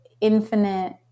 infinite